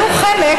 היו חלק,